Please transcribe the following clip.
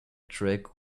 track